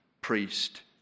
priest